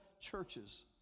churches